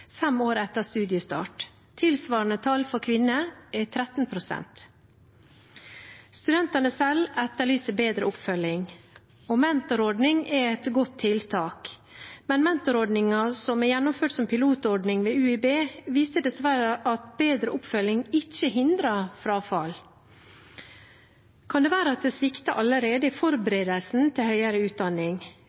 fem år etter studiestart. Tilsvarende tall for kvinner er 13 pst. Studentene selv etterlyser bedre oppfølging. Mentorordning er et godt tiltak. Men mentorordningen som er gjennomført som pilotordning ved UiB, viser dessverre at bedre oppfølging ikke hindrer frafall. Kan det være at det svikter allerede i forberedelsen til høyere utdanning?